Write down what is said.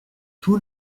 tout